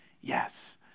Yes